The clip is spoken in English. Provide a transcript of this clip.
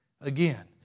Again